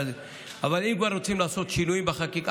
אבל אם כבר רוצים לעשות שינויים בחקיקה,